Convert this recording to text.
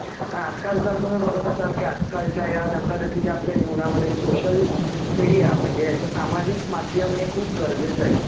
आणि आजकाल जर तुम्ही बघत असाल की आजकालच्या या धकाधकीच्या आपल्या जीवनामध्ये सोशल मीडिया म्हणजे ह्याचं सामाजिक माध्यम हे खूप गरजेचं आहे